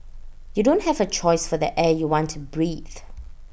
you don't have A choice for the air you want to breathe